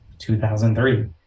2003